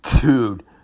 Dude